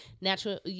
natural